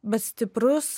bet stiprus